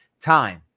time